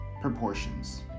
proportions